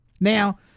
Now